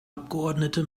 abgeordnete